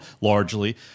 largely